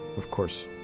of course,